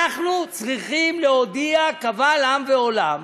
אנחנו צריכים להודיע קבל עם ועולם